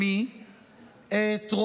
את מי?